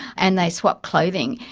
and they swap clothing.